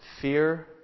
fear